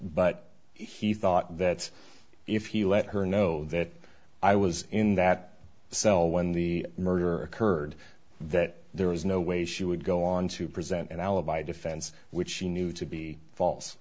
but he thought that if he let her know that i was in that cell when the murder occurred that there was no way she would go on to present an alibi defense which she knew to be false